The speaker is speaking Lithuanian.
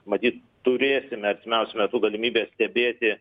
matyt turėsime artimiausiu metu galimybę stebėti